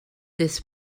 des